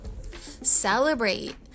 Celebrate